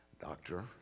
Doctor